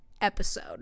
episode